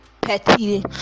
petty